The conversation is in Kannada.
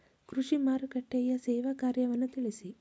ಕೃಷಿ ಮಾರುಕಟ್ಟೆಯ ಸೇವಾ ಕಾರ್ಯವನ್ನು ತಿಳಿಸಿ?